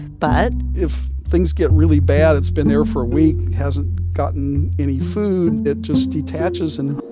but. if things get really bad it's been there for a week, hasn't gotten any food it just detaches, and